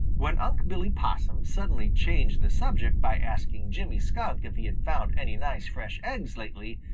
when unc' billy possum suddenly changed the subject by asking jimmy skunk if he had found any nice fresh eggs lately,